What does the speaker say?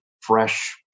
fresh